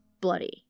bloody